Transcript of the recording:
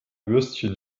würstchen